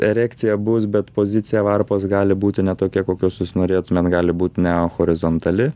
erekcija bus bet pozicija varpos gali būti ne tokia kokios jūs norėtumėte gali būti ne horizontali